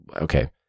Okay